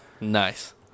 Nice